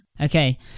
Okay